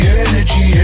energy